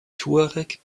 tuareg